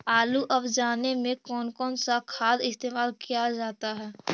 आलू अब जाने में कौन कौन सा खाद इस्तेमाल क्या जाता है?